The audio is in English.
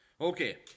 Okay